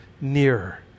nearer